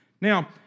Now